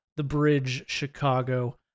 TheBridgeChicago